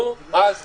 נו, אז?